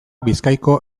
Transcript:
bizkaiko